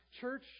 church